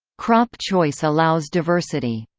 crop choice allows diversity.